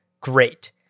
great